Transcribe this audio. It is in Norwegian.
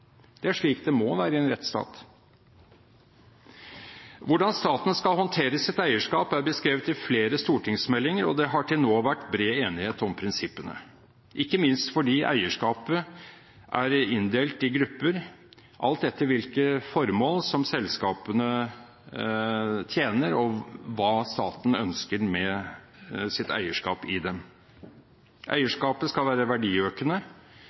Det er slik det må være i en rettsstat. Hvordan staten skal håndtere sitt eierskap, er beskrevet i flere stortingsmeldinger, og det har til nå vært bred enighet om prinsippene – ikke minst fordi eierskapet er inndelt i grupper, alt etter hvilke formål selskapene tjener, og hva staten ønsker med sitt eierskap i dem. Eierskapet skal være verdiøkende,